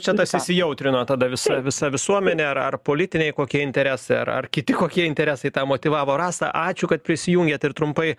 čia tas įsijautrino tada visa visa visuomenė ar ar politiniai kokie interesai ar ar kiti kokie interesai tą motyvavo rasa ačiū kad prisijungėt ir trumpai